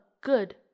good